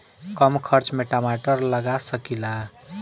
कम खर्च में टमाटर लगा सकीला?